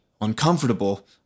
uncomfortable